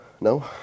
No